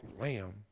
lamb